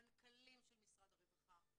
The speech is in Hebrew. מנכ"לים של משרד הרווחה,